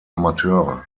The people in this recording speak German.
amateure